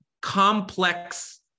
complex